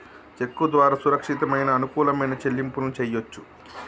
చెక్కు ద్వారా సురక్షితమైన, అనుకూలమైన చెల్లింపులను చెయ్యొచ్చు